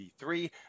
d3